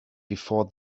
before